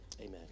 amen